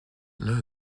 know